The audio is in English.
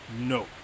no